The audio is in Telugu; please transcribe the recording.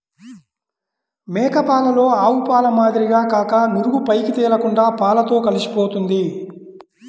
మేక పాలలో ఆవుపాల మాదిరిగా కాక నురుగు పైకి తేలకుండా పాలతో కలిసిపోతుంది